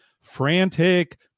frantic